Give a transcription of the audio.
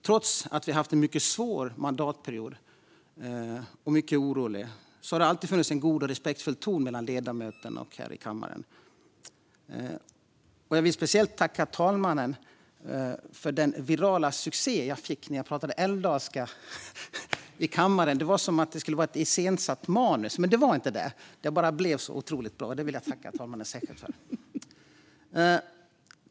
Trots att vi haft en mycket svår och orolig mandatperiod har det alltid funnits en god och respektfull ton mellan ledamöterna och här i kammaren. Jag vill speciellt tacka talmannen för den virala succé jag fick när jag pratade älvdalska i kammaren. Det var som om det hade varit ett iscensatt manus, men det var det inte. Det bara blev så otroligt bra, och det vill jag särskilt tacka talmannen för.